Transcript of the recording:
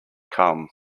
come